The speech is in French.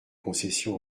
concession